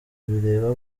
bireba